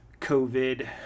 covid